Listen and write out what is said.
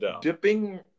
Dipping